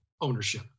ownership